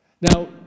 Now